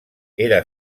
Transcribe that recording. era